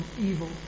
evil